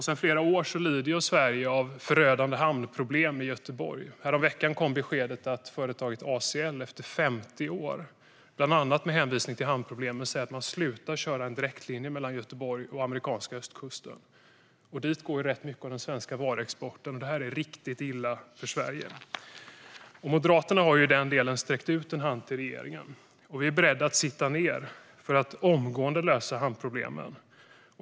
Sedan flera år lider Sverige av förödande hamnproblem i Göteborg. Häromveckan kom beskedet att företaget ACL efter 50 år, bland annat med hänvisning till hamnproblemen, slutar att köra en direktlinje mellan Göteborg och amerikanska östkusten. Dit går rätt mycket av den svenska varuexporten, så detta är riktigt illa för Sverige. Moderaterna har sträckt ut en hand till regeringen. Vi är beredda att sitta ned för att omgående lösa hamnproblemen.